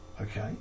Okay